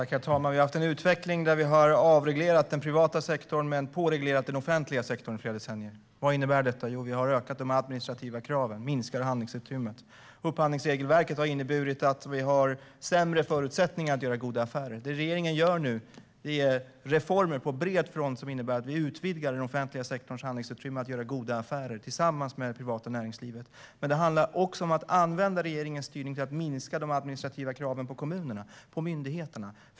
Herr talman! Vi har haft en utveckling där vi har avreglerat den privata sektorn men påreglerat den offentliga sektorn i flera decennier. Vad innebär detta? Jo, vi har ökat de administrativa kraven och minskat handlingsutrymmet. Upphandlingsregelverket har inneburit att vi har sämre förutsättningar att göra goda affärer. Det regeringen nu gör är reformer på bred front som innebär att vi utvidgar den offentliga sektorns handlingsutrymme att göra goda affärer tillsammans med det privata näringslivet. Men det handlar också om att använda regeringens styrning till att minska de administrativa kraven på kommunerna och på myndigheterna.